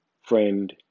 friend